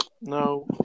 no